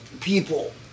people